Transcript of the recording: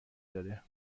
داده